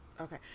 Okay